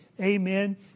amen